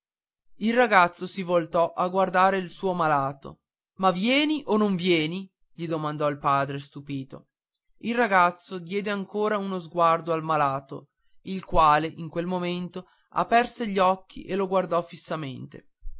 il ragazzo si voltò a guardare il suo malato ma vieni o non vieni gli domandò il padre stupito il ragazzo diede ancora uno sguardo al malato il quale in quel momento aperse gli occhi e lo guardò